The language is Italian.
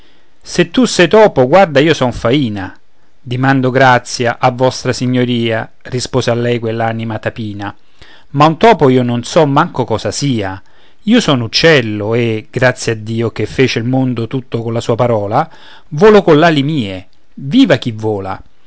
se tu sei topo guarda io son faina dimando grazia a vostra signoria rispose a lei quell'anima tapina ma un topo io non so manco cosa sia io sono uccello e grazie a dio che fece il mondo tutto colla sua parola volo coll'ali mie viva chi vola